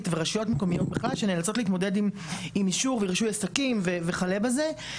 ורשויות מקומיות בכלל שנאלצות להתמודד עם אישור ורישוי עסקים וכלה בזה,